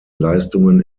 leistungen